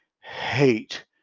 hate